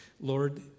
Lord